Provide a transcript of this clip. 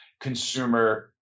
consumer